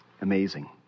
Amazing